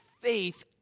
faith